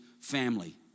family